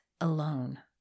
alone